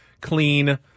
clean